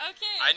Okay